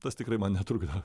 tas tikrai man netrukdo